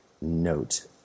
note